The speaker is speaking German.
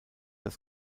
das